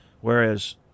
Whereas